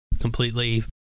completely